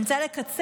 אני רוצה לקצר,